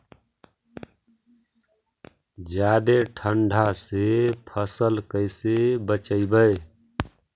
जादे ठंडा से फसल कैसे बचइबै?